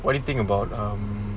what do you think about um